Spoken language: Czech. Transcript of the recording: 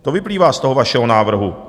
To vyplývá z toho vašeho návrhu.